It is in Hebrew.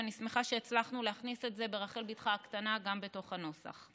ואני שמחה שהצלחנו להכניס את זה ברחל בתך הקטנה גם בתוך הנוסח.